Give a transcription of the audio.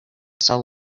saw